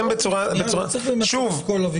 לא צריך למצות את כל הוויכוח.